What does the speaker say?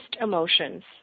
emotions